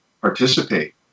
participate